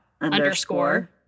underscore